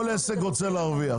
כל עסק רוצה להרוויח,